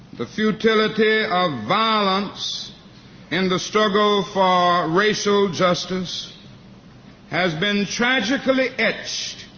the futility of violence in the struggle for racial justice has been tragically etched